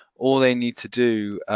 all they need to do,